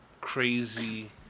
crazy